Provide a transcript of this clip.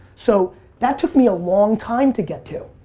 so that took me a long time to get to.